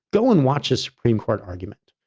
go and watch a supreme court argument.